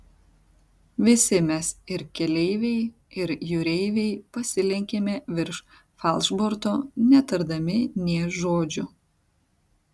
visi mes ir keleiviai ir jūreiviai pasilenkėme virš falšborto netardami nė žodžio